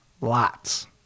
Lots